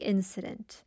Incident